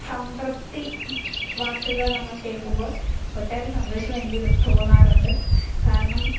സംതൃപ്തി വാക്കുകൾ നമ്മൾ കേൾക്കുമ്പോൾ ഒട്ടേറെ സന്തോഷം എനിക്ക് തോന്നാറുണ്ട് കാരണം